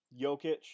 Jokic